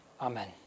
Amen